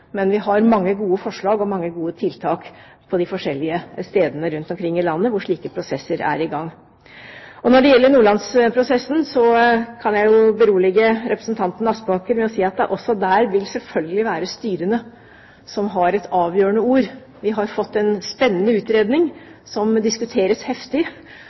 Men vi har mange gode forslag og mange gode tiltak på de forskjellige stedene rundt omkring i land hvor slike prosesser er i gang. Når det gjelder Nordlandsprosessen, kan jeg jo berolige representanten Aspaker med å si at det også der selvfølgelig vil være styrene som har et avgjørende ord. Vi har fått en spennende utredning som diskuteres heftig.